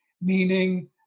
meaning